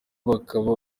bakaba